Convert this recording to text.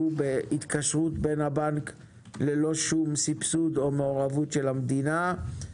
שהוא בהתקשרות בין הבנק ללא סבסוד או מעורבות של המדינה?